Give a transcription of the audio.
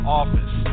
office